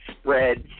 spreads